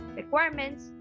requirements